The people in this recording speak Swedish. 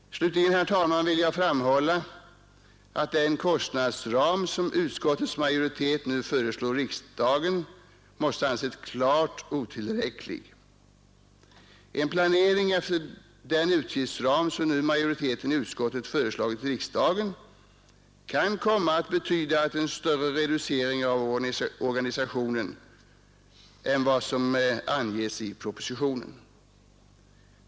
Slutligen, herr talman, vill jag framhålla att den kostnadsram som utskottets majoritet nu föreslår riksdagen måste anses klart otillräcklig. En planering efter denna utgiftsram kan komma att betyda en större reducering av organisationen än vad som anges i propositionen.